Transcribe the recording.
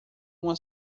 uma